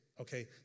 okay